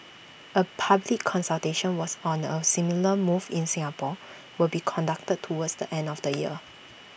A public consultation was on A similar move in Singapore will be conducted towards the end of the year